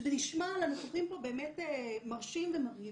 שזה נשמע לנוכחים פה באמת מרשים ומרהיב,